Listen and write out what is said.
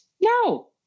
No